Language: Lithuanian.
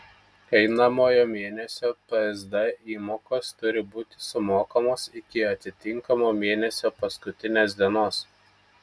einamojo mėnesio psd įmokos turi būti sumokamos iki atitinkamo mėnesio paskutinės dienos